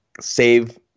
save